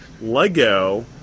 Lego